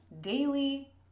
daily